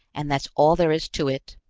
and that's all there is to it.